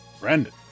Brandon